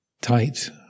tight